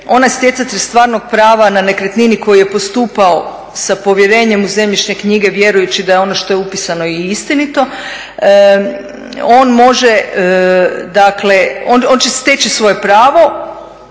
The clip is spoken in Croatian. onaj stjecatelj stvarnog prava na nekretnini koji je postupao sa povjerenjem u zemljišne knjige vjerujući da je ono što je upisano i istinito, on će steći svoje pravo